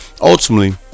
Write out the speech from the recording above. ultimately